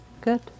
Good